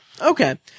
Okay